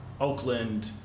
Oakland